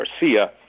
Garcia